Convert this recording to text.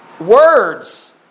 words